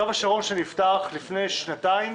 קו השרון נפתח לפני שנתיים